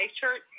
Church